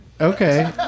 Okay